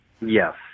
Yes